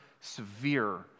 severe